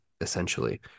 essentially